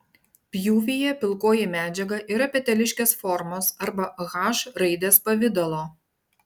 pjūvyje pilkoji medžiaga yra peteliškės formos arba h raidės pavidalo